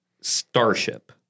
Starship